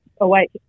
awake